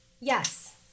Yes